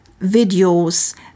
videos